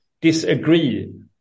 disagree